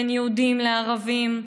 בין יהודים לערבים,